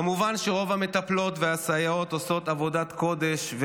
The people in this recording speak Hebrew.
כמובן שרוב המטפלות והסייעות עושות עבודת קודש,